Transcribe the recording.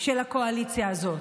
של הקואליציה הזאת.